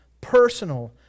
personal